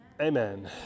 amen